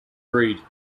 breed